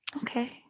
okay